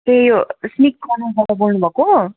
ए यो स्निक कर्नरबाट बोल्नु भएको